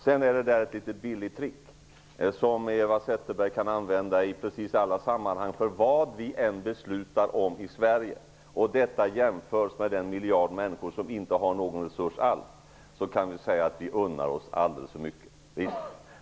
Sedan är det ett litet billigt trick som Eva Zetterberg använder och som kan användas i precis alla sammanhang. Vad vi än beslutar om i Sverige, och detta jämförs med den miljard människor som inte har någon resurs alls, kan vi säga att vi unnar oss alldeles för mycket.